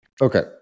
Okay